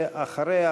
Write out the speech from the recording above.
ואחריה,